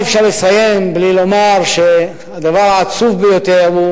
אי-אפשר לסיים בלי לומר שהדבר העצוב ביותר הוא